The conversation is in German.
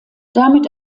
damit